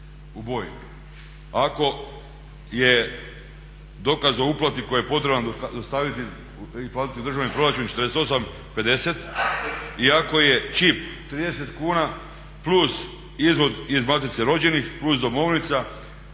u boji, ako je dokaz o uplati koji je potreban dostaviti uplatiti u državni proračun 48,50 i ako je čip 30 kuna plus izvod iz matice rođenih plus domovnica